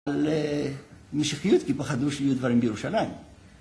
על משיחיות, כי פחדנו שיהיו דברים בירושלים.